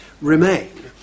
remain